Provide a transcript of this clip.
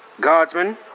Guardsmen